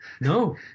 No